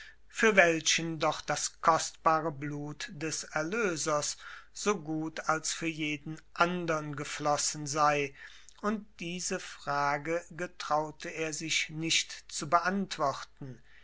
für welchen doch das kostbare blut des erlösers so gut als für jeden andern geflossen sei und diese frage getraute er sich nicht zu beantworten